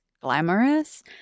glamorous